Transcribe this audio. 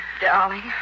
Darling